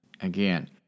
again